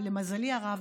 ולמזלי הרב,